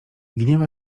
gniewa